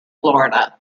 florida